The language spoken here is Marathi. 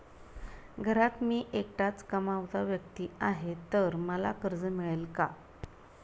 घरात मी एकटाच कमावता व्यक्ती आहे तर मला कर्ज मिळेल का?